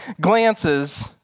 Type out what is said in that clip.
glances